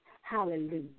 Hallelujah